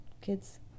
kids